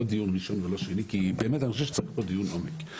אני חושב שצריך כאן דיון עומק.